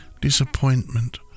disappointment